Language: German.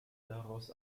daraus